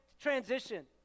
transition